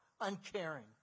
uncaring